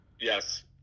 Yes